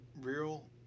Real